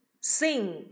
sing